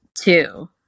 two